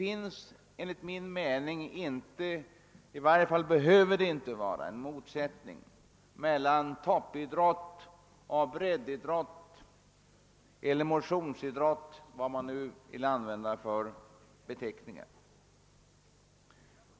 Enligt min mening finns det inte — eller behöver i varje fall inte finnas — någon motsättning mellan toppidrott och breddeller motionsidrott, vad man nu vill använda för beteckningar.